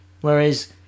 Whereas